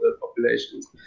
populations